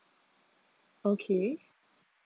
okay